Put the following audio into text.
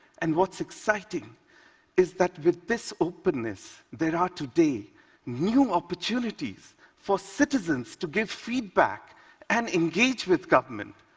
and what's exciting is that with this openness, there are today new opportunities for citizens to give feedback and engage with government.